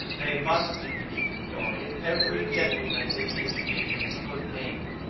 they must interest you, dorian. every gentleman is interested in his good name.